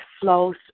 flows